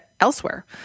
elsewhere